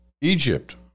Egypt